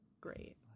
great